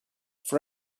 for